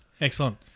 Excellent